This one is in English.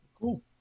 cool